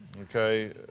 Okay